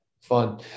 Fun